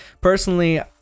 personally